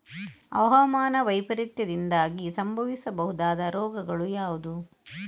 ಹವಾಮಾನ ವೈಪರೀತ್ಯದಿಂದಾಗಿ ಸಂಭವಿಸಬಹುದಾದ ರೋಗಗಳು ಯಾವುದು?